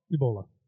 Ebola